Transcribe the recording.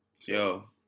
Yo